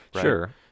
Sure